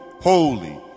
holy